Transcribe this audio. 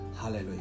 hallelujah